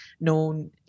known